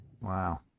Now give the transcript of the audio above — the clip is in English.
Wow